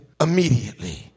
immediately